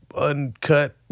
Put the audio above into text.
uncut